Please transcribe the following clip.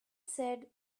said